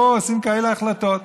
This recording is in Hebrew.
ופה עושים כאלה החלטות.